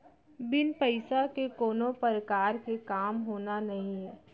बिन पइसा के कोनो परकार के काम होना नइये